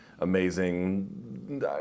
amazing